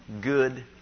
good